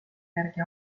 järgi